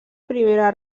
primera